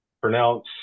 pronounce